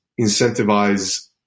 incentivize